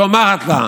צומחת לה,